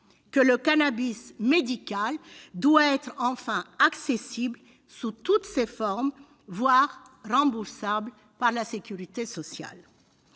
que le cannabis médical doit être enfin accessible sous toutes ses formes, voire remboursable par la sécurité sociale.